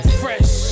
fresh